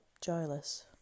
joyless